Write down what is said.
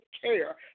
care